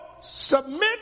submit